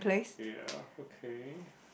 ya okay